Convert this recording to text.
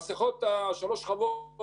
המסכות שלוש שכבות,